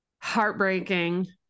Heartbreaking